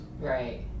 Right